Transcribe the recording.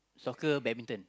soccer badminton